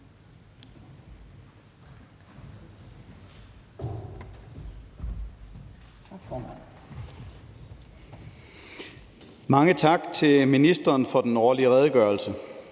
Mange tak til ministeren for den årlige redegørelse.